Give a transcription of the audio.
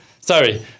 sorry